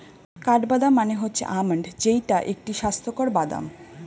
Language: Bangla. কাঠবাদাম মানে হচ্ছে আলমন্ড যেইটা একটি স্বাস্থ্যকর বাদাম